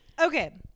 Okay